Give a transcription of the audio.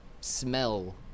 smell